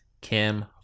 Kim